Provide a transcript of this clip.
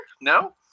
No